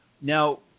Now